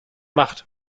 macht